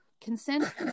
Consent